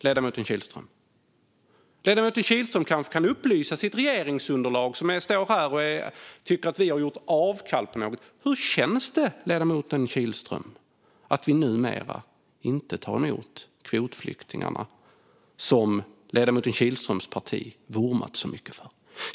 Ledamoten Kihlström kanske kan upplysa sitt regeringsunderlag, som står här och tycker att vi har gjort avkall på något: Hur känns det att Sverige numera inte tar emot de kvotflyktingar som ledamoten Kihlströms parti har vurmat så mycket för?